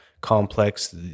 complex